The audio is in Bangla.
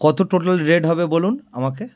কত টোটাল রেট হবে বলুন আমাকে